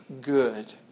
good